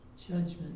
judgment